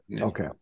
Okay